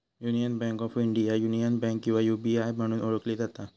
union bank of India, union bank किंवा UBI म्हणून ओळखली जाता